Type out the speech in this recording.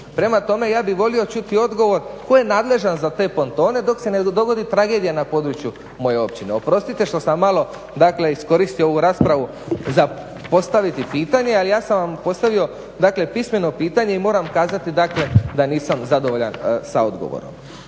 Prema tome ja bih volio čuti odgovor tko je nadležan za te pontone dok se ne dogodi tragedija na području moje općine, oprostite što sam malo dakle iskoristio ovu raspravu za postaviti pitanje ali ja sam vam postavio dakle pismeno pitanje i moram kazati dakle da nisam zadovoljan sa odgovorom.